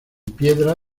piedra